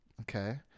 Okay